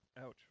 ouch